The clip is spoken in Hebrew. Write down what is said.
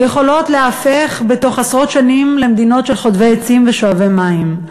יכולות להיהפך בתוך עשרות שנים למדינות של חוטבי עצים ושואבי מים.